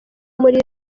muri